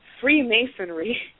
Freemasonry